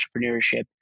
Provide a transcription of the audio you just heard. entrepreneurship